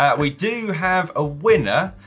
ah we do have a winner,